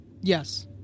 Yes